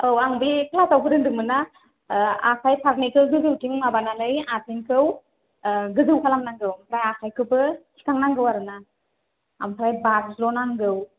औ आं बे क्लासाव फोरोंदोंमोन ना आखाय फारनैखौ गोजौथिं माबानानै आथिंखौ गोजौ खालामनांगौ ओमफ्राय आखायखौबो थिखांनांगौ आरोना ओमफ्राय बाज्लनांगौ